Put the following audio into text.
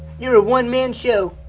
you're a one man show.